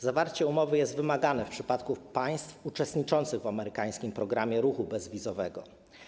Zawarcie umowy jest wymagane w przypadku państw uczestniczących w amerykańskim Programie Ruchu Bezwizowego.